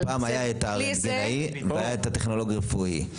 אתם יודעים שפעם היה את הרנטגנאי והיה את הטכנולוג הרפואי,